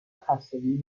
خستگی